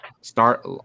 start